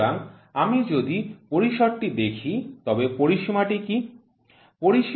সুতরাং আমি যদি পরিসরটি দেখি তবে পরিসীমাটি কী